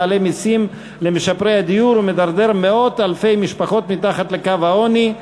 מעלה מסים למשפרי דיור ומדרדר מאות אלפי משפחות אל מתחת לקו העוני.